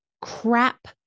crap